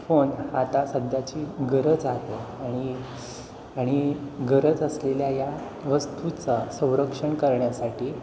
phone आता सध्याची गरज आहे आणि गरज असलेल्या या वस्तूचा संरक्षण करण्यासाठी